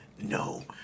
No